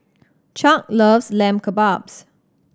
Chuck loves Lamb Kebabs